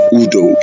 Udo